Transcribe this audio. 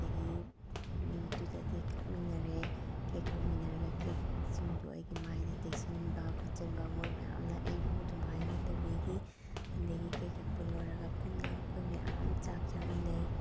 ꯑꯗꯒꯤ ꯅꯨꯃꯤꯠꯇꯨꯗ ꯀꯦꯛ ꯀꯛꯃꯤꯟꯅꯔꯦ ꯀꯦꯛꯃꯤꯟꯅꯔꯒ ꯀꯦꯛꯁꯤꯡꯗꯣ ꯑꯩꯒꯤ ꯃꯥꯏꯗ ꯇꯩꯁꯤꯟꯕ ꯈꯣꯠꯁꯤꯟꯕ ꯃꯣꯏ ꯃꯌꯥꯝꯅ ꯑꯩꯕꯨ ꯑꯗꯨꯃꯥꯏꯅ ꯇꯧꯕꯤꯈꯤ ꯑꯗꯒꯤ ꯀꯦꯛ ꯀꯛꯄ ꯂꯣꯏꯔꯒ ꯄꯨꯟꯅ ꯑꯩꯈꯣꯏ ꯃꯌꯥꯝ ꯆꯥꯛ ꯆꯥꯃꯤꯟꯅꯩ